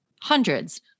hundreds